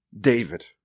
David